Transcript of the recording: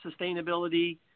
sustainability